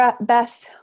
Beth